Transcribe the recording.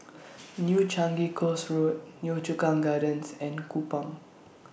New Changi Coast Road Yio Chu Kang Gardens and Kupang